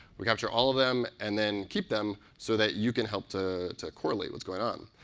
we capture all of them and then keep them so that you can help to to correlate what's going on.